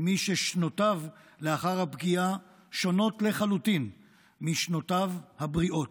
למי ששנותיו לאחר הפגיעה שונות לחלוטין משנותיו הבריאות.